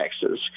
taxes